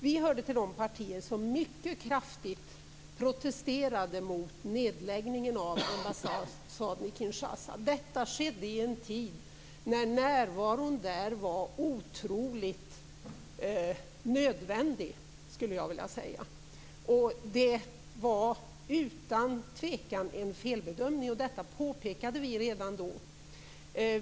Vi hörde till de partier som mycket kraftigt protesterade mot nedläggningen av ambassaden i Kinshasa. Detta skedde i en tid då närvaron där var absolut nödvändig, skulle jag vilja säga. Det var utan tvekan en felbedömning. Detta påpekade vi redan då.